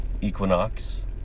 equinox